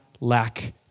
lack